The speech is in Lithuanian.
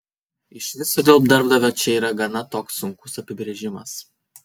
iš viso dėl darbdavio čia yra gana toks sunkus apibrėžimas